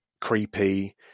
creepy